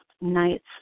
nights